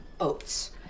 oats